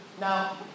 Now